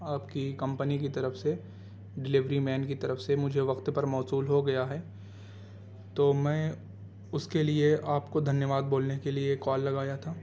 آپ کی کمپںی کی طرف سے ڈیلیوری مین کی طرف سے مجھے وقت پر موصول ہو گیا ہے تو میں اس کے لیے آپ کو دھنیہ واد بولنے کے لیے کال لگایا تھا